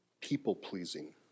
people-pleasing